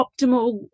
optimal